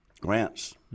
grants